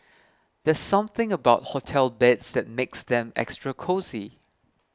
there something about hotel beds that makes them extra cosy